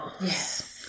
Yes